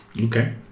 Okay